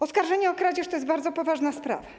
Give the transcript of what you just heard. Oskarżenie o kradzież to jest bardzo poważna sprawa.